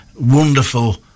wonderful